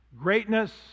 Greatness